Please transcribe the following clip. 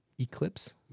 Eclipse